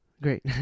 Great